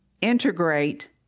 integrate